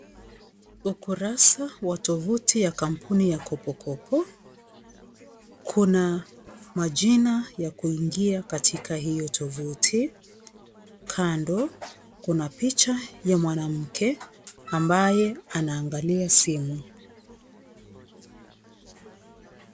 Ukurusa wa tovuti ya kampuni ya Kopokopo, kuna majina ya kuingia katika hiyo tovuti. Kando, kuna picha ya mwanamke ambaye anaangalia simu.